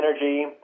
energy